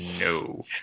no